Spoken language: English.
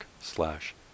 slash